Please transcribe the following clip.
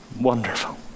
Wonderful